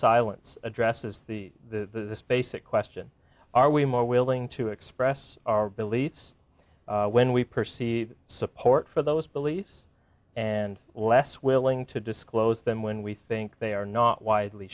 silence addresses the the basic question are we more willing to express our beliefs when we perceive support for those beliefs and less willing to disclose them when we think they are not widely